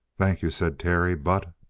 thank you, said terry, but